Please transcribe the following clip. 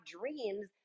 dreams